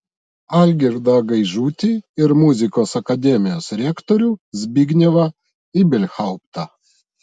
algirdą gaižutį ir muzikos akademijos rektorių zbignevą ibelhauptą